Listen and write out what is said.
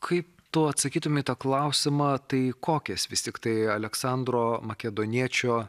kaip tu atsakytum į tą klausimą tai kokias vis tiktai aleksandro makedoniečio